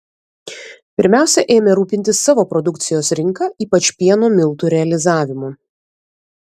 pirmiausia ėmė rūpintis savo produkcijos rinka ypač pieno miltų realizavimu